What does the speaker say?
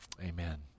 amen